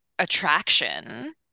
Attraction